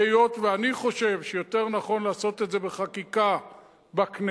והיות שאני חושב שיותר נכון לעשות את זה בחקיקה בכנסת